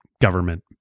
government